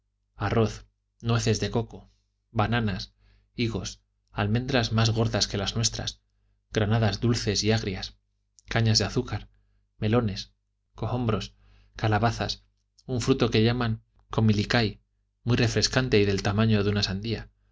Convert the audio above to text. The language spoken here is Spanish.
arroz nueces de coco bananas higos almendras más gordas que las nuestras granadas dulces y agrias caña de azúcar melones cohombros calabazas un fruto que llaman comi muy refrescante y del tamaño de una sandía